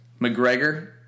McGregor